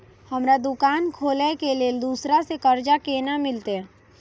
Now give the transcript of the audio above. हमरा दुकान खोले के लेल दूसरा से कर्जा केना मिलते?